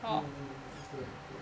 mm mm mm 对对